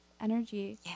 energy